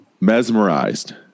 mesmerized